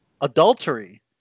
Adultery